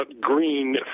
green